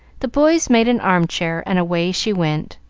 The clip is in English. the boys made an arm-chair, and away she went,